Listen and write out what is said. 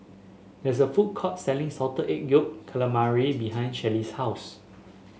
there is a food court selling Salted Egg Yolk Calamari behind Shelley's house